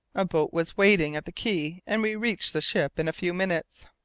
a boat was waiting at the quay, and we reached the ship in a few minutes.